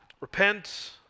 repent